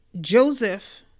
Joseph